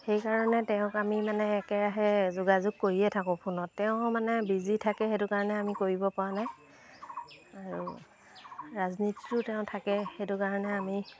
সেইকাৰণে তেওঁক আমি মানে একেৰাহে যোগাযোগ কৰিয়ে থাকোঁ ফোনত তেওঁ মানে বিজি থাকে সেইটো কাৰণে আমি কৰিবপৰা নাই আৰু ৰাজনীতিতো তেওঁ থাকে সেইটো কাৰণে আমি